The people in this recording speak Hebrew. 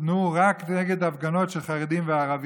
הופנו רק כנגד הפגנות של חרדים וערבים.